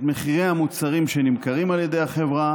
את מחירי המוצרים שנמכרים על ידי החברה